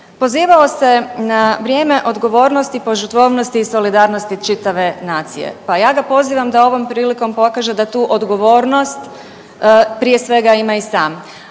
Pozivao se na vrijeme odgovornosti, požrtvovnosti i solidarnosti čitave nacije, pa ja ga pozivam da ovom prilikom pokaže da tu odgovornost prije svega ima i sam,